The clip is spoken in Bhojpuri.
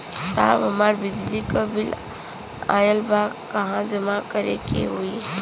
साहब हमार बिजली क बिल ऑयल बा कहाँ जमा करेके होइ?